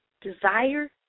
Desire